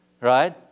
right